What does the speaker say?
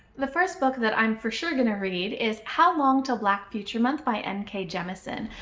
the first book that i'm for sure gonna read is how long til black future month by n. k. jemisin.